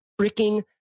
freaking